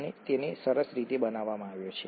અને તેને સરસ રીતે બનાવવામાં આવ્યું છે